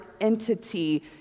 entity